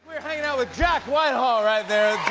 we are hanging out with jack whitehall right there.